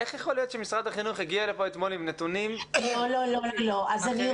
איך יכול להיות שמשרד החינוך הגיע לפה אתמול עם נתונים אחרים לגמרי?